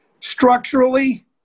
Structurally